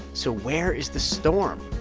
so where is the storm?